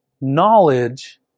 knowledge